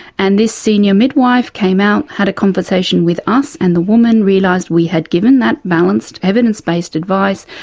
and this senior midwife came out, had a conversation with us and the woman, realised we had given that balanced, evidence-based advice,